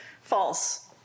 False